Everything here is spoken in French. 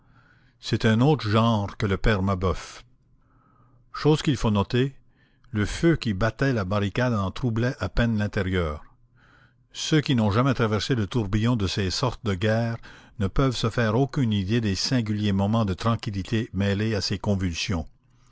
c'est un autre genre que le père mabeuf chose qu'il faut noter le feu qui battait la barricade en troublait à peine l'intérieur ceux qui n'ont jamais traversé le tourbillon de ces sortes de guerre ne peuvent se faire aucune idée des singuliers moments de tranquillité mêlés à ces